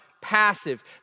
passive